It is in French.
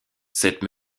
cette